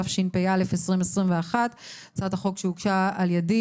התשפ"א-2021 - הצעת חוק שהוגשה על ידי